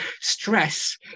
stress